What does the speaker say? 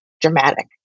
dramatic